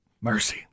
Mercy